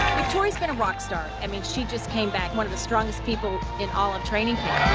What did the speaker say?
victoria's been a rockstar. i mean she just came back one of the strongest people in all of training camp.